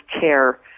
care